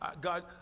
God